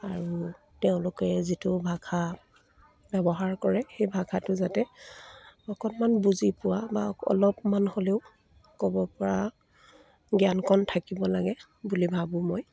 আৰু তেওঁলোকে যিটো ভাষা ব্যৱহাৰ কৰে সেই ভাষাটো যাতে অকণমান বুজি পোৱা বা অলপমান হ'লেও ক'ব পৰা জ্ঞানকণ থাকিব লাগে বুলি ভাবোঁ মই